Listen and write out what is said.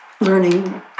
learning